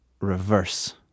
reverse